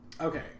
Okay